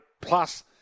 plus